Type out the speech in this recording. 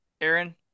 Aaron